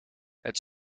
het